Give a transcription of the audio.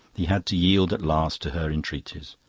he had to yield at last to her entreaties.